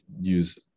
use